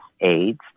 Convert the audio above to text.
AIDS